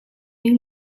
new